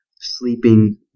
sleeping